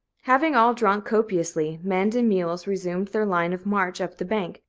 having all drunk copiously, men and mules resumed their line of march up the bank,